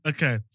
Okay